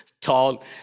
tall